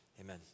amen